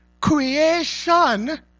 Creation